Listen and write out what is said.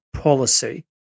policy